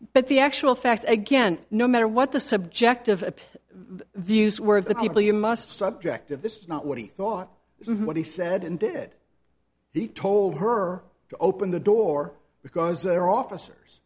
but the actual facts again no matter what the subject of a views were of the people you must subjective this is not what he thought this is what he said and did he told her to open the door because there are officers